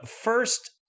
first